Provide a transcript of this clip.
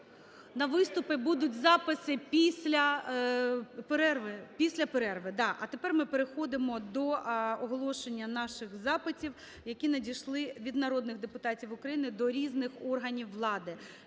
на виступи будуть записи після перерви, після перерви. А тепер ми переходимо до оголошення наших запитів, які надійшли від народних депутатів України до різних органів влади: